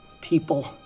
people